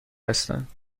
هستند